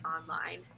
online